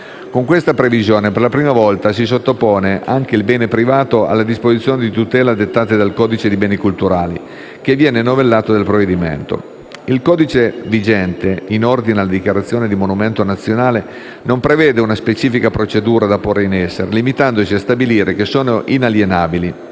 Con questa previsione, per la prima volta, si sottopone anche il bene privato alle disposizioni di tutela dettate dal codice dei beni culturali, che viene novellato dal provvedimento. Il codice vigente, in ordine alla dichiarazione di monumento nazionale, non prevede una specifica procedura da porre in essere, limitandosi a stabilire che sono inalienabili,